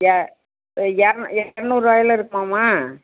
ய ய ஏர இரநூறுவாயில இருக்குமாமா